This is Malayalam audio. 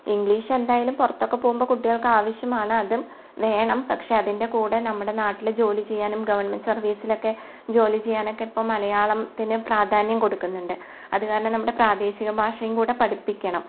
ഇംഗ്ലീഷ് എന്തായാലും പുറത്തൊക്കെ പോകുമ്പോൾ കുട്ടികൾക്കാവശ്യമാണ് അതും വേണം പക്ഷേ അതിൻറ്റെ കൂടെ നമ്മുടെ നാട്ടിലെ ജോലി ചെയ്യാനും ഗവൺറ്മെൻറ്റ് സർവ്വീസിലൊക്കെ ജോലി ചെയ്യാനൊക്കെ ഇപ്പം മലയാളത്തിന് പ്രാധാന്യം കൊടുക്കുന്നുണ്ട് അത് കാരണം നമ്മുടെ പ്രദേശിക ഭാഷയും കൂടെ പഠിപ്പിക്കണം